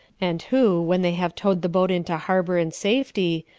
and who, when they have towed the boat into harbour and safety,